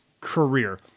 career